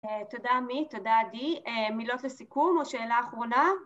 תודה עמית, תודה עדי, מילות לסיכום או שאלה אחרונה?